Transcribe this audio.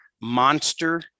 monster